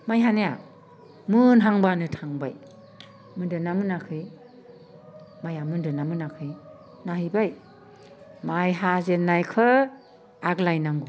माइ हानाया मोनहांबानो थांबाय मोन्दो ना मोनाखै माइया मोन्दों ना मोनाखै नाहैबाय माइ हाजेननायखौ आग्लायनांगौ